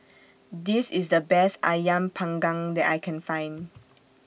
This IS The Best Ayam Panggang that I Can Find